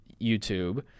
YouTube